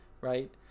Right